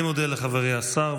אני מודה לחברי השר.